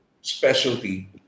specialty